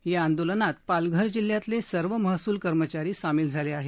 या आंदोलनात पालघर जिल्ह्यातले सर्व महसूल कर्मचारी सामील झाले आहेत